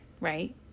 right